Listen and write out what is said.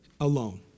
alone